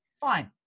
Fine